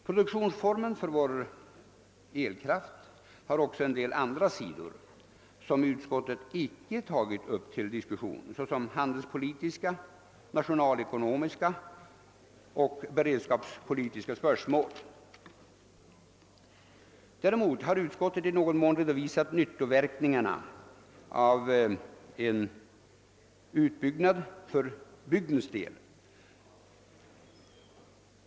Produktionsformen för vår elkraft har också en del andra aspekter, som utskottet icke tagit upp till diskussion, nämligen handelspolitiska, nationalekonomiska och beredskapspolitiska. Däremot har utskottet i någon mån redovisat de nyttoverkningar för bygden, som en utbyggnad av älven skulle medföra.